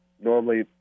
Normally